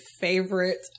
favorite